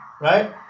right